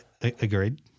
agreed